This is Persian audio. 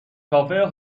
کافه